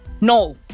No